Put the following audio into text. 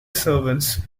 servants